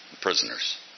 prisoners